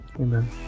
Amen